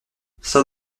c’est